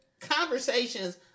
conversations